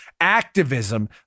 activism